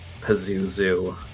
Pazuzu